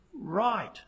right